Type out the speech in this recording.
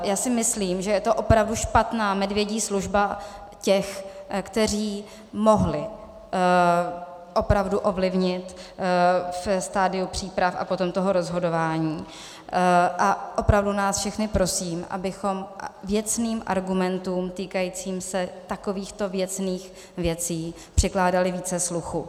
Já si myslím, že je to opravdu špatná medvědí služba těch, kteří mohli opravdu ovlivnit ve stadiu příprav a potom toho rozhodování, a opravdu nás všechny prosím, abychom věcným argumentům týkajícím se takovýchto věcných věcí přikládali více sluchu.